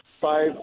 five